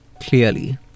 clearly